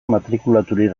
matrikulaturik